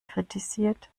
kritisiert